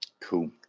Cool